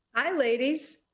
hi, ladies.